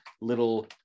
little